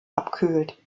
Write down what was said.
abkühlt